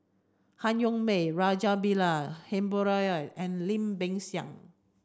Han Yong May Rajabali Jumabhoy and Lim Peng Siang